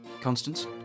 Constance